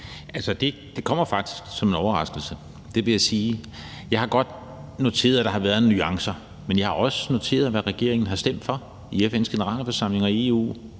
det kommer faktisk som en overraskelse; det vil jeg sige. Jeg har godt noteret mig, at der har været nuancer, men jeg har også noteret mig, hvad regeringen har stemt for i FN's Generalforsamling og i EU.